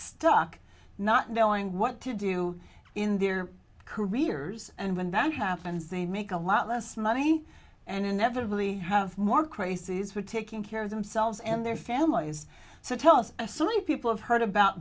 stuck not knowing what to do in their careers and when that happens they make a lot less money and inevitably have more crazies were taking care of themselves and their families so tell us a so many people have heard about